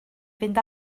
fynd